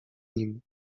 nim